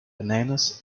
bananas